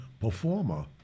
performer